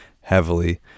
heavily